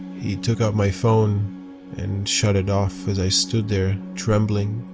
he took out my phone and shut it off as i stood there trembling.